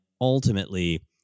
ultimately